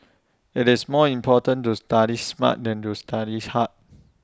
IT is more important to study smart than to studies hard